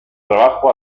trabajo